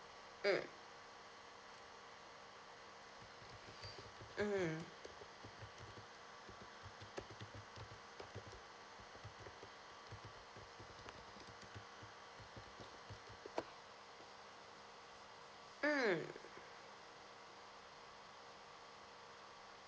mm mm mm